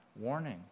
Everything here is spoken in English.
warning